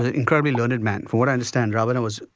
ah incredibly learned man. from what i understand, ravana was.